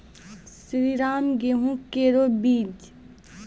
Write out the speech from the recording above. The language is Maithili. श्रीराम गेहूँ केरो बीज?